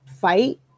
fight